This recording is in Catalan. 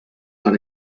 per